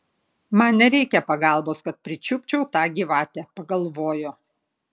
man nereikia pagalbos kad pričiupčiau tą gyvatę pagalvojo